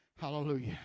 Hallelujah